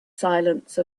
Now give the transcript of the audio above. silence